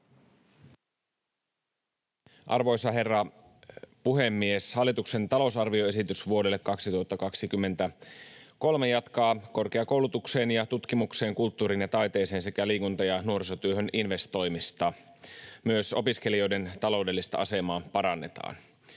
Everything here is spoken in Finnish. Arvoisa herra puhemies! Hallituksen talousarvioesitys vuodelle 2023 jatkaa korkeakoulutukseen ja tutkimukseen, kulttuuriin ja taiteeseen sekä liikunta- ja nuorisotyöhön investoimista. Myös opiskelijoiden taloudellista asemaa parannetaan.